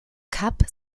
kap